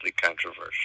controversial